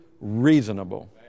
reasonable